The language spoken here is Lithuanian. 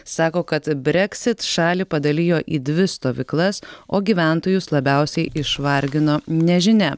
sako kad breksit šalį padalijo į dvi stovyklas o gyventojus labiausiai išvargino nežinia